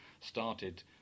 started